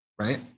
right